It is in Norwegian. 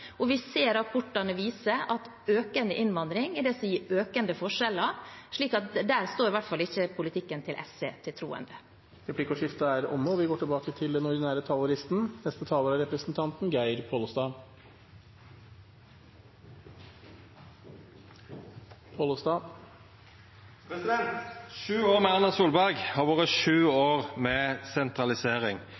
inn. Vi ser at rapporter viser at økende innvandring er det som gir økende forskjeller, så der står i hvert fall ikke politikken til SV til troende. Replikkordskiftet er omme. Sju år med Erna Solberg har vore sju år med sentralisering.